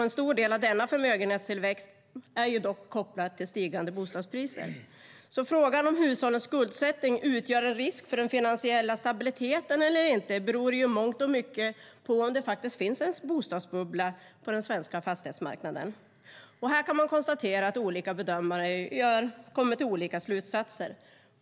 En stor del av denna förmögenhetstillväxt är dock kopplad till stigande bostadspriser. Frågan om hushållens skuldsättning utgör en risk för den finansiella stabiliteten eller inte beror i mångt och mycket på huruvida det finns en bostadsbubbla på den svenska fastighetsmarknaden. Här kan man konstatera att olika bedömare kommer till olika slutsatser.